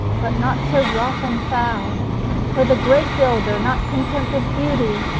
but not so rough and foul for the great builder, not content with beauty,